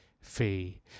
fee